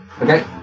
Okay